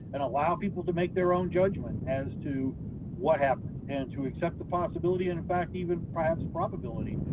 and allow people to make their own judgment as to what happened and to accept the possibility and, in fact, even perhaps probability,